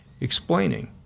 explaining